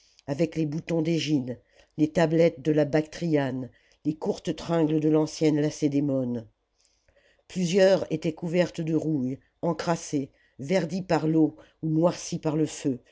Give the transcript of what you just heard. avec les boutons d'églne les tablettes de la bactriane les courtes tringles de l'ancienne lacédémone plusieurs étaient couvertes de rouille encrassées verdies par l'eau ou noircies par le feu